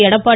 Edappadi